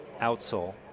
outsole